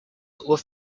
were